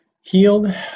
Healed